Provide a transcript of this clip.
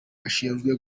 ashinzwe